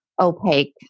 opaque